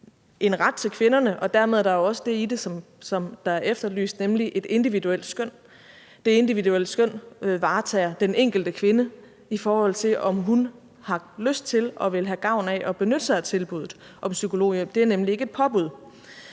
en ret til kvinderne, og dermed er der også det i det, som er efterlyst, nemlig et individuelt skøn. Det individuelle skøn varetager den enkelte kvinde, i forhold til om hun har lyst til og vil have gavn af at benytte sig af tilbuddet om psykologhjælp. Det er nemlig ikke et påbud.